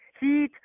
heat